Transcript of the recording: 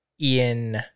ian